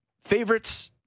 Favorites